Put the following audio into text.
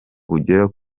bugera